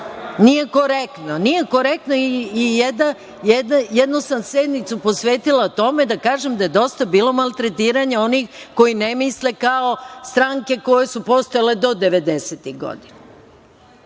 vam kažem. Nije korektno i jednu sednicu sam posvetila tome da kažem da je dosta bilo maltretiranja onih koji ne misle kao stranke koje su postojale do devedesetih